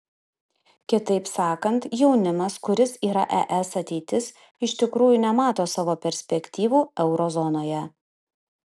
kitaip sakant jaunimas kuris yra es ateitis iš tikrųjų nemato savo perspektyvų euro zonoje